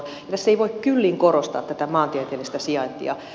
tässä ei voi kyllin korostaa tätä maantieteellistä sijaintia